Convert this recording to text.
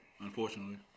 unfortunately